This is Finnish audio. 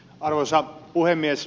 arvoisa puhemies